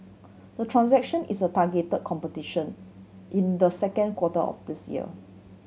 the transaction is a targeted completion in the second quarter of this year